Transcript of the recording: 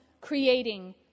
creating